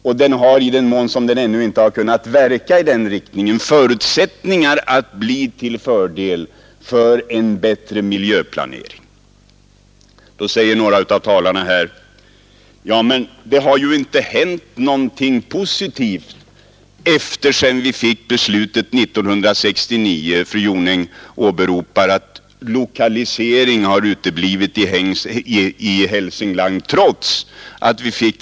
Och i den mån sådana resultat ännu inte kommit till synes så har reformen förutsättningar att i framtiden verka för en bättre miljöplanering. Då säger någon av talarna här: ”Ja, men det har ju inte hänt någonting positivt sedan 1969 års riksdagsbeslut.” Fru Jonäng åberopade att det inte hade blivit någon lokalisering i Hälsingland trots detta beslut.